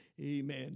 amen